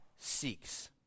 seeks